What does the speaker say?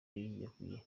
yiyahuye